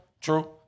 true